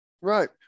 Right